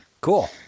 cool